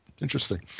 Interesting